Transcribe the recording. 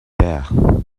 there